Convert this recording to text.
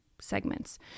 segments